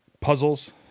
puzzles